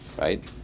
right